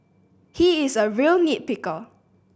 he is a real nit picker